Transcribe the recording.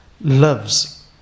loves